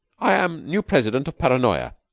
i am new president of paranoya.